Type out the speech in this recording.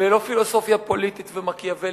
ולא פילוסופיה פוליטית ומקיאוולי,